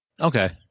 Okay